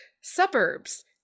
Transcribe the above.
suburbs